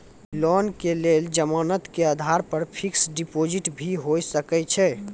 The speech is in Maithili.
लोन के लेल जमानत के आधार पर फिक्स्ड डिपोजिट भी होय सके छै?